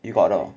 you got or not